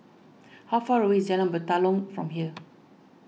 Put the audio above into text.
how far away is Jalan Batalong from here